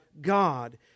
god